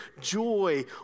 joy